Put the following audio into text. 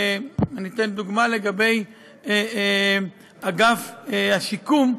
אני אתן דוגמה לגבי אגף השיקום: